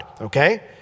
okay